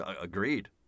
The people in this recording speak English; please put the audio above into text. Agreed